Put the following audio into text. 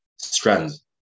strands